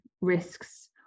risks